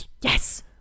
yes